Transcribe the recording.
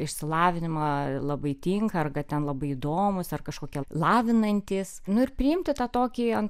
išsilavinimą labai tinka ar kad ten labai įdomūs ar kažkokie lavinantys nu ir priimti tą tokį